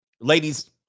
Ladies